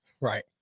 Right